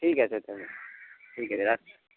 ঠিক আছে তাহলে ঠিক আছে রাখছি